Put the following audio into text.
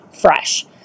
fresh